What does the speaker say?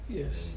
yes